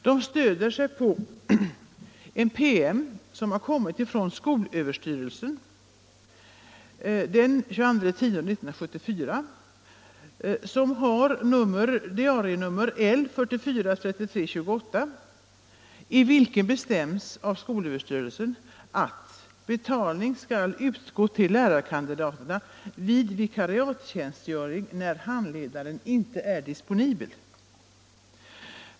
De stöder sig på en PM som kommit från skolöverstyrelsen den 22 oktober 1974, diarienummer L 74:3328, i vilken bestäms av skolöverstyrelsen att betalning skall utgå till lärarkandidaterna vid vikariatstjänstgöring när handledaren inte är disponibel.